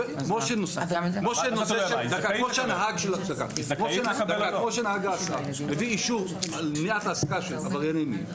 כמו שנהג ההסעה מביא אישור על מניעת העסקת עברייני מין.